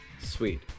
Sweet